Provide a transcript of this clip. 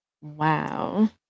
Wow